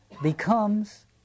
becomes